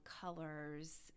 colors